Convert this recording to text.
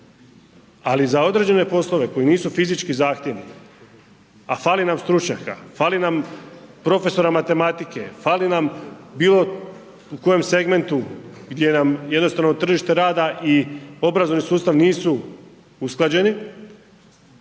Ali za određene poslove koji nisu fizički zahtjevni, a fali nam stručnjaka, fali nam profesora matematike, fali nam bilo u kojem segmentu gdje nam jednostavno tržište rada i obrazovni sustav nisu usklađeni,